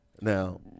Now